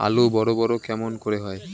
আলু বড় বড় কেমন করে হয়?